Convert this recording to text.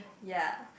ya